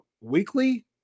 weekly